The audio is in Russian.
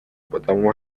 потому